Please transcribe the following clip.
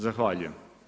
Zahvaljujem.